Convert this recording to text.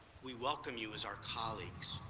we welcome you as our colleagues.